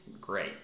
great